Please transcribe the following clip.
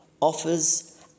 offers